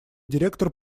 директор